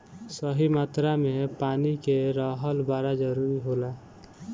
सही मात्रा में पानी के रहल बड़ा जरूरी होला